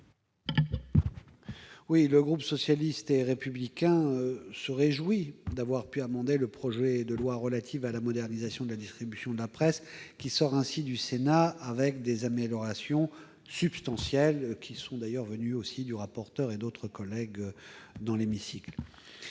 vote. Le groupe socialiste et républicain se réjouit d'avoir pu amender le projet de loi relatif à la modernisation de la distribution de la presse, qui sortira ainsi du Sénat avec des améliorations substantielles. Nous les devons au rapporteur et à d'autres collègues présents dans l'hémicycle.